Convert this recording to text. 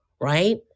right